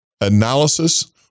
analysis